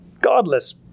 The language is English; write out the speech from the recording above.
godless